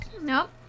Nope